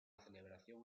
celebración